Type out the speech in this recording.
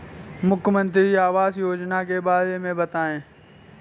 मुख्यमंत्री आवास योजना के बारे में बताए?